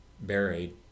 buried